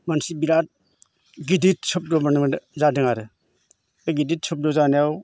मोनसे बिराद गिदिद सब्द माने मोनदों जादों आरो बे गिदिद सब्द जानायाव